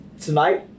tonight